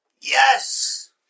Yes